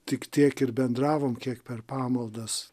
tik tiek ir bendravom kiek per pamaldas